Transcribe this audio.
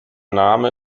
namen